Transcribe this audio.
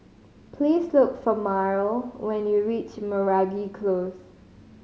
please look for Myrle when you reach Meragi Close